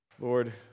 Lord